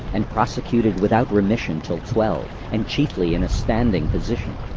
and prosecuted without remission till twelve, and chiefly in a standing position.